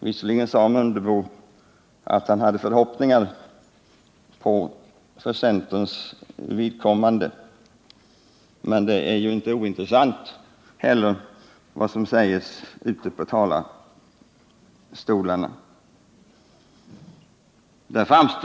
Visserligen sade herr Mundebo att han har förhoppningar för centerns vidkommande, men det är inte ointressant vad som sägs från talarstolarna ute ilandet.